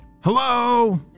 Hello